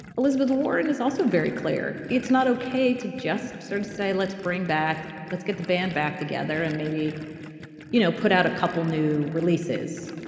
elizabeth warren is also very clear it's not ok to just sort of say let's bring back let's get the band back together and maybe you know put out a couple new releases.